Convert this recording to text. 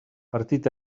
partit